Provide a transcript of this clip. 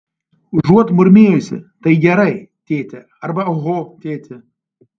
užuot murmėjusi tai gerai tėti arba oho tėti